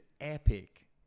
epic